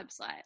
website